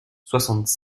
soixante